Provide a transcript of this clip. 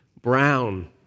Brown